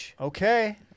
okay